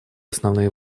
основные